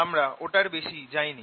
আমরা ওটার বেশি যাই নি